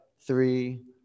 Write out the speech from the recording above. three